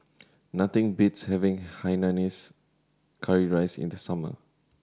nothing beats having hainanese curry rice in the summer